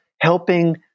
helping